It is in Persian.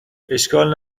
اشکال